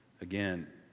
Again